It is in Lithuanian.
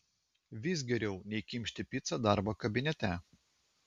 vis geriau nei kimšti picą darbo kabinete